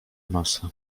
masa